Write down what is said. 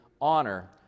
honor